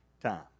time